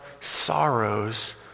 sorrows